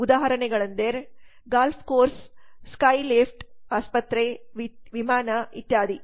ಉದಾಹರಣೆಗಳೆಂದರೆ golf course ski lift ಆಸ್ಪತ್ರೆ ವಿಮಾನ ಇತ್ಯಾದಿ